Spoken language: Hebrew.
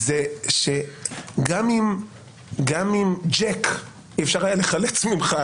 -- זה שגם עם ג'ק אי אפשר היה לחלץ ממך,